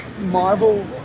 Marvel